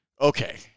Okay